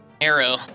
arrow